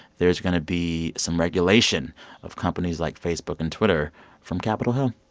there's going to be some regulation of companies like facebook and twitter from capitol hill